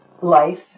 life